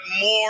more